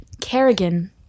Kerrigan